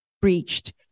breached